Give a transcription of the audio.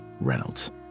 Reynolds